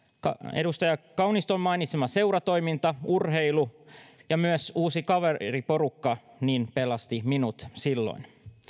edustaja kauniston mainitsema seuratoiminta urheilu ja myös uusi kaveriporukka pelastivat minut silloin